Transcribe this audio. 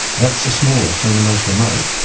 that's the smallest, and the most remote.